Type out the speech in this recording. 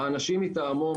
האנשים מטעמו,